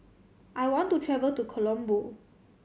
I want to travel to Colombo